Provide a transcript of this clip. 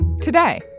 Today